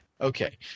Okay